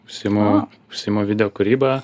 užsiimu užsiimu videokūryba